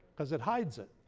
because it hides it,